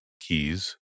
keys